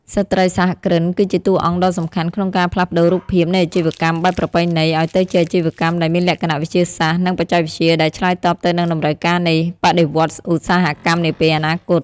ស្ត្រីសហគ្រិនគឺជាតួអង្គដ៏សំខាន់ក្នុងការផ្លាស់ប្តូររូបភាពនៃអាជីវកម្មបែបប្រពៃណី ឱ្យទៅជាអាជីវកម្មដែលមានលក្ខណៈវិទ្យាសាស្ត្រ និងបច្ចេកវិទ្យា ដែលឆ្លើយតបទៅនឹងតម្រូវការនៃបដិវត្តន៍ឧស្សាហកម្មនាពេលអនាគត។